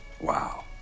Wow